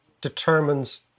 determines